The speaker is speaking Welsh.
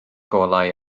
golau